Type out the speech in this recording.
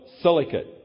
silicate